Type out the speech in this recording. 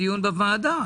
בדיון בוועדה.